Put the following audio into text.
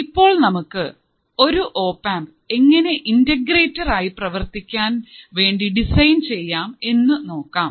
ഇപ്പോൾ നമുക്ക് ഒരു ഓപ്ആംപ് എങ്ങനെ ഇന്റഗ്രേറ്റർ ആയി പ്രവർത്തിക്കാൻ വേണ്ടി ഡിസൈൻ ചെയ്യാം എന്ന് നോക്കാം